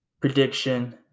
prediction